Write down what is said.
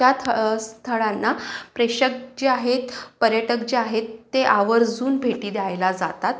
त्या थ स्थळांना प्रेक्षक जे आहेत पर्यटक जे आहेत ते आवर्जून भेटी द्यायला जातात